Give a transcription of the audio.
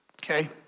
okay